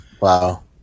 Wow